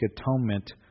atonement